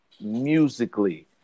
musically